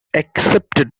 accepted